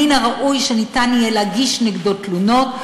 מן הראוי שאפשר יהיה להגיש נגדו תלונות,